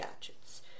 gadgets